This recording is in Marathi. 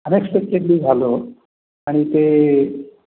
अनएक्सपेक्टेडली झालं हो आणि ते